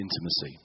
intimacy